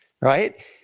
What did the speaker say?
right